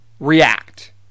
react